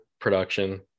production